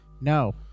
No